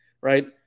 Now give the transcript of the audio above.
right